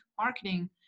marketing